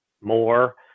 more